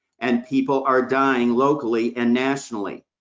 and people are dying, locally and nationally.